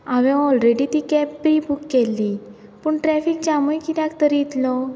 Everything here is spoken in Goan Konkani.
हांवें ऑलरेडी ती कॅब प्रिबूक केल्लीं पूण ट्रॅफीक जामूय कित्याक तर इतलो